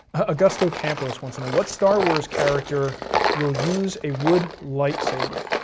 agusto campo wants to know, what star wars character will use a wood light saber?